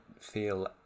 feel